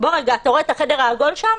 בוא רגע, אתה רואה את החדר העגול שם?